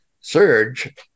surge